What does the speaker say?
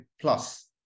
plus